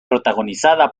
protagonizada